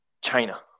China